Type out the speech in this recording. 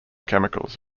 chemicals